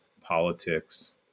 politics